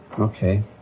Okay